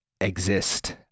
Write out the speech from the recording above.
exist